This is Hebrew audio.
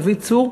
דוד צור,